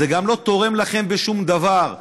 זה גם לא תורם לכם בשום דבר.